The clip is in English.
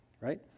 right